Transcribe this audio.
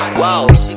whoa